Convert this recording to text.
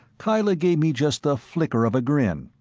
kyla gave me just the flicker of a grin,